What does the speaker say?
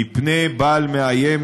מפני בעל מאיים,